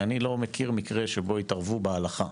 אני לא מכיר מקרה שבו התערבו בהלכה.